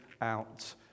out